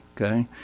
okay